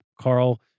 Carl